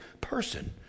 person